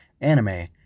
anime